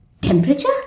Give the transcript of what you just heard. Temperature